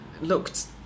looked